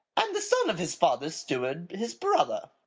and the son of his father's steward his brother.